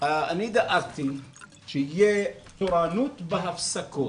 אני דאגתי שיהיה תורנות בהפסקות.